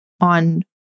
on